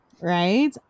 right